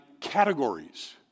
categories